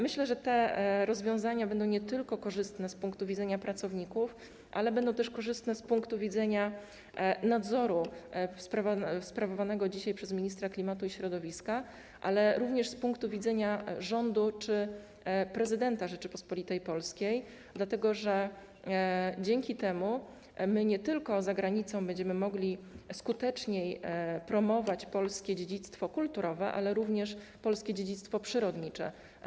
Myślę, że te rozwiązania będą nie tylko korzystne z punktu widzenia pracowników, ale też korzystne z punktu widzenia nadzoru sprawowanego dzisiaj przez ministra klimatu i środowiska, a także z punktu widzenia rządu czy prezydenta Rzeczypospolitej Polskiej, dlatego że dzięki temu my za granicą będziemy mogli skuteczniej promować nie tylko polskie dziedzictwo kulturowe, ale również polskie dziedzictwo przyrodnicze.